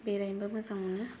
बेरायनोबो मोजां मोनो